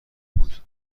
بود